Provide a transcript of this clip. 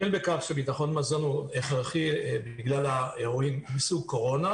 ביטחון מזון הכרחי בגלל אירועים מסוג קורונה,